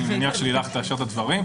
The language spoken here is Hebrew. אני מניח שלילך תאשר את הדברים.